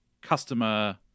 customer